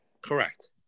Correct